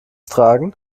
tragen